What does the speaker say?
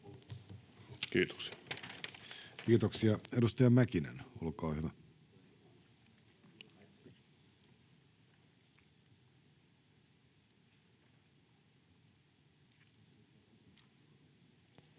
Kiitos. Kiitoksia. — Edustaja Hänninen, olkaa hyvä. Arvoisa